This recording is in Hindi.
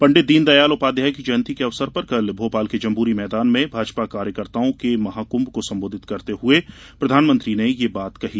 पंडित दीन दयाल उपाध्याय की जयंती के अवसर पर कल भोपाल के जम्बूरी मैदान में भाजपा कार्यकर्ताओं के महाकूंभ को संबोधित करते हुए प्रधानमंत्री ने यह बात कही